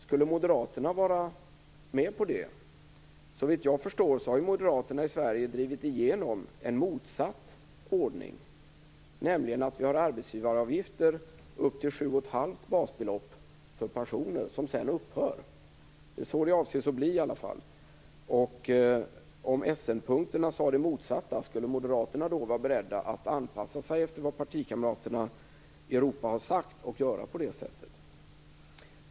Skulle Moderaterna vara med på det? Såvitt jag förstår har Moderaterna i Sverige drivit igenom en motsatt ordning, nämligen att vi har arbetsgivaravgifter upp till 7 1⁄2 basbelopp för pensioner som sedan upphör. Det är i alla fall så det avses att bli.